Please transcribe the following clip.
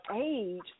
age